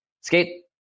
skate